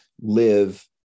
live